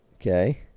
Okay